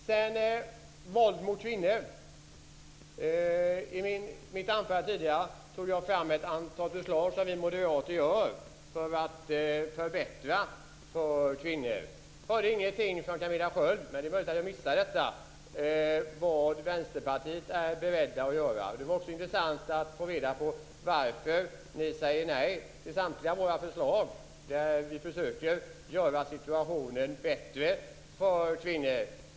Beträffande våld mot kvinnor tog jag i mitt anförande tidigare upp ett antal förslag som vi moderater har för att förbättra för kvinnor. Jag hörde ingenting från Camilla Sköld Jansson - det är möjligt att jag missade detta - om vad Vänsterpartiet är berett att göra. Det vore också intressant att få reda på varför ni säger nej till samtliga våra förslag där vi försöker göra situationen bättre för kvinnor.